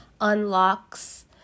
unlocks